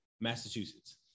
Massachusetts